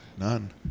None